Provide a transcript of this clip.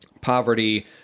poverty